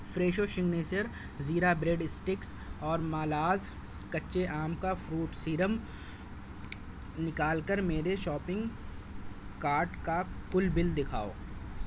Fresho signature زیرا bread sticks اور مالاز کچے آم کا فروٹ سیرم نکال کر میرے شاپنگ کارٹ کا کل بل دکھاؤ